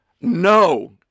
No